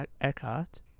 Eckhart